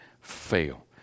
fail